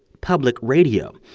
public radio.